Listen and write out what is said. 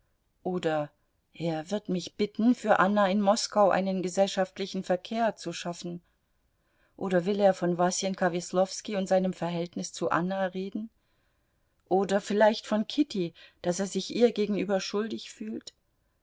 oder er wird mich bitten für anna in moskau einen gesellschaftlichen verkehr zu schaffen oder will er von wasenka weslowski und seinem verhältnis zu anna reden oder vielleicht von kitty daß er sich ihr gegenüber schuldig fühlt